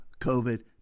COVID